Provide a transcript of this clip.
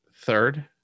Third